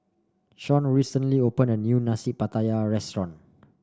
Shawn recently opened a new Nasi Pattaya restaurant